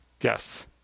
Yes